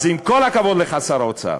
אז עם כל הכבוד לך, שר האוצר,